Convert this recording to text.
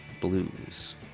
blues